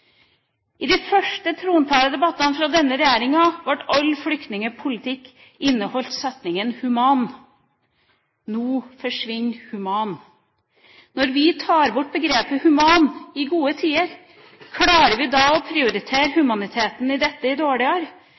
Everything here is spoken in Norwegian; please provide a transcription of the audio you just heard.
I de første trontaledebattene fra denne regjeringa inneholdt all flyktningpolitikk ordet «human». Nå forsvinner «human». Når vi tar bort begrepet «human» i gode tider, klarer vi da å prioritere humaniteten i dette i dårligere